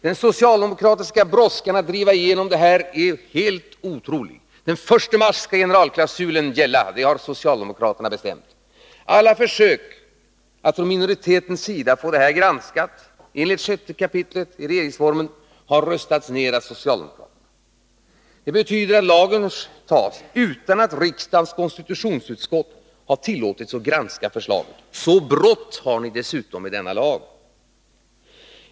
Den socialdemokratiska brådskan att driva igenom detta förslag är helt otrolig. Den 1 mars skall generalklausulen gälla. Det har socialdemokraterna bestämt. Alla försök från minoritetens sida att få detta förslag granskat enligt regeringsformens 7 kap. har röstats ned av socialdemokraterna. Riksdagens konstitutionsutskott har inte tillåtits att granska förslaget. Så brått har ni med denna lag.